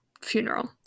funeral